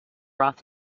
roth